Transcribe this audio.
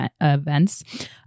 events